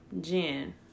Jen